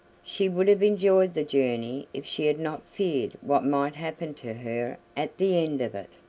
she would have enjoyed the journey if she had not feared what might happen to her at the end of it.